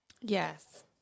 Yes